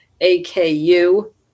A-K-U